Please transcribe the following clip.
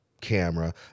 camera